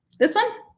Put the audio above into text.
this one,